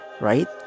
right